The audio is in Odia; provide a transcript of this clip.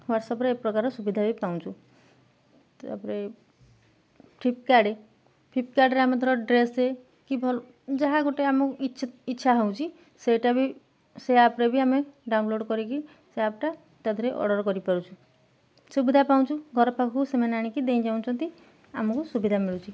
ହ୍ୱାଟ୍ସଅପରେ ଏ ପ୍ରକାର ସୁବିଧା ବି ପାଉଁଚୁ ତାପରେ ଫ୍ଲିପକାର୍ଟ୍ ଫ୍ଲିପକାର୍ଟରେ ଆମେ ଧର ଡ୍ରେସ କି ଭଲ ଯାହା ଗୋଟେ ଆମକୁ ଇଛ ଇଚ୍ଛା ହେଉଛି ସେଇଟା ବି ସେ ଆପ୍ରେ ବି ଆମେ ଡାଉନଲୋଡ଼ କରିକି ସେ ଆପ୍ଟା ତା' ଦେହରେ ଅର୍ଡ଼ର କରିପାରୁଛୁ ସୁବିଧା ପାଉଁଚୁ ଘର ପାଖକୁ ସେମାନେ ଆଣିକି ଦେଇଁ ଯାଉଛନ୍ତି ଆମକୁ ସୁବିଧା ମିଳୁଛି